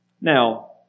Now